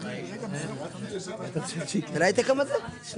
אורכים זמן כי נדרשים לקבל דוחות ביצוע,